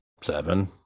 seven